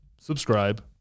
subscribe